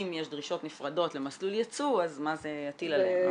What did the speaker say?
אם יש דרישות נפרדות למסלול ייצוא אז מה זה יטיל עליהם.